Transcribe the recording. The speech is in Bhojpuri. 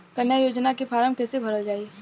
कन्या योजना के फारम् कैसे भरल जाई?